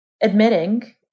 Admitting